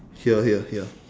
here here here